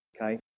Okay